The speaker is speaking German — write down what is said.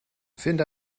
finde